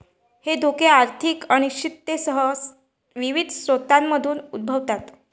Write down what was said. हे धोके आर्थिक अनिश्चिततेसह विविध स्रोतांमधून उद्भवतात